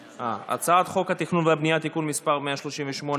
הצעת חוק התכנון והבנייה (תיקון מס' 138),